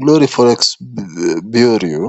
GLORY FOREX BUREAU